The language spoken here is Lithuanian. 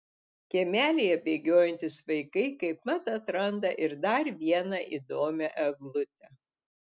kiemelyje bėgiojantys vaikai kaip mat atranda ir dar vieną įdomią eglutę